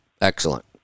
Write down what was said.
Excellent